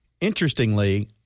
interestingly –